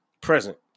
present